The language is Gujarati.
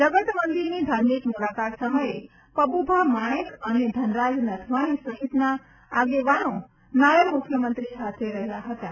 જગત મંદિરની ધાર્મિક મુલાકાત સમયે પબુ ભા માણેક અને ધનરાજ નથવામી સહિતના આગેવાનો નાયબ મુખ્યમંત્રી સાથે રહ્યાં હતાં